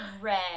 red